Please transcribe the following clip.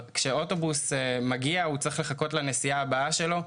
כשאוטובוס מגיע הוא צריך לחכות לנסיעה הבאה שלו.